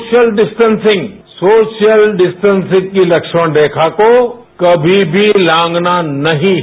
social distancing social distancing की लक्ष्मण रेखा को कमी भी लांघना नहीं है